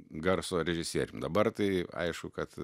garso režisierium dabar tai aišku kad